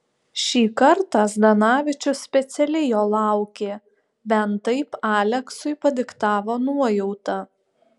šį kartą zdanavičius specialiai jo laukė bent taip aleksui padiktavo nuojauta